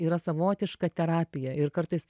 yra savotiška terapija ir kartais